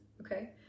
okay